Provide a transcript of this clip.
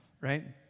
right